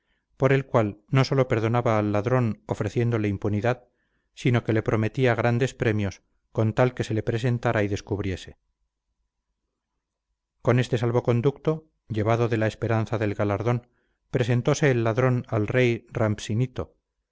por el cual no sólo perdonaba al ladrón ofreciéndole impunidad sino que le prometía grandes premios con tal que se le presentara y descubriese con este salvo conducto llevado de la esperanza del galardón presentóse el ladrón al rey